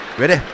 ready